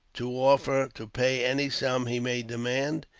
to offer to pay any sum he may demand,